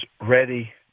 ready